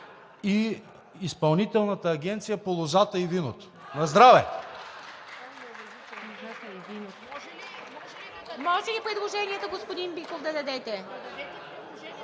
и Изпълнителната агенция по лозата и виното. Наздраве!